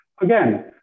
Again